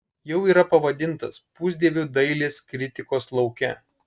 jau yra pavadintas pusdieviu dailės kritikos lauke